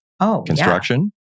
construction